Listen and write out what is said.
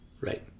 Right